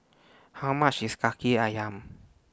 How much IS Kaki Ayam